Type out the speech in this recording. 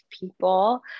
people